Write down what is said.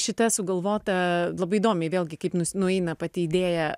šita sugalvota labai įdomiai vėlgi kaip nueina pati idėja